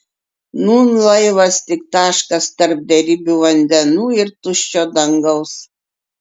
nūn laivas tik taškas tarp beribių vandenų ir tuščio dangaus